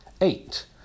Eight